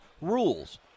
rules